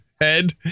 head